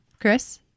Chris